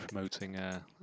promoting